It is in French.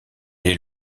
est